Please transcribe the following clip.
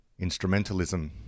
instrumentalism